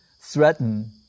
threaten